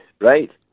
right